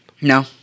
No